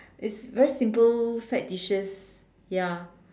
is very simple side dishes ya